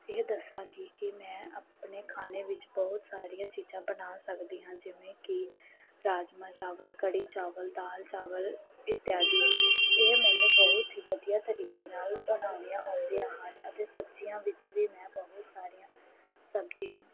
ਇਹ ਦੱਸਾਂਗੀ ਕਿ ਮੈਂ ਆਪਣੇ ਖਾਣੇ ਵਿੱਚ ਬਹੁਤ ਸਾਰੀਆਂ ਚੀਜ਼ਾਂ ਬਣਾ ਸਕਦੀ ਹਾਂ ਜਿਵੇਂ ਕਿ ਰਾਜਮਾਹ ਚਾਵਲ ਕੜੀ ਚਾਵਲ ਦਾਲ ਚਾਵਲ ਇਤ ਆਦਿ ਇਹ ਮੈਨੂੰ ਬਹੁਤ ਹੀ ਵਧੀਆ ਤਰੀਕੇ ਨਾਲ ਬਣਾਉਣੀਆਂ ਆਉਂਦੀਆਂ ਹਨ ਅਤੇ ਸਬਜ਼ੀਆਂ ਵਿੱਚ ਵੀ ਮੈਂ ਬਹੁਤ ਸਾਰੀਆਂ ਸਬਜ਼ੀਆਂ